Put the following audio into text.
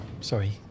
sorry